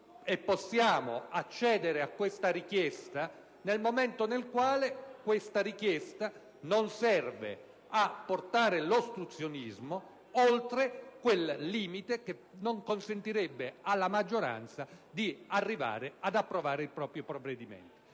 possiamo accedere a questa richiesta nel momento in cui non serva a portare l'ostruzionismo oltre quel limite che non consentirebbe alla maggioranza di arrivare ad approvare i propri provvedimenti.